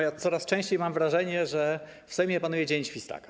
Ja coraz częściej mam wrażenie, że w Sejmie panuje dzień świstaka.